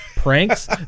pranks